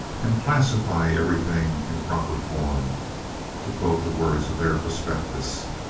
and classify everything in proper form to quote the words of their prospectus.